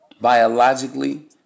biologically